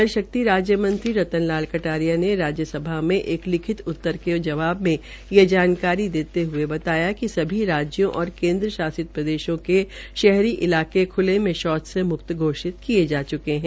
जल शक्ति राज्य मंत्री रतन लाल कटारिया ने राज्यसभा में एक लिखित प्रश्न के उतर मे ये जानकारी देते हये बताया कि सभी राज्यों और केन्द्र शासित प्रदेशों के शहरी इलाके खुले में शौच से मुक्त घोषित किये जा चुके है